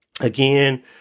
Again